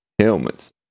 helmets